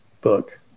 book